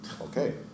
Okay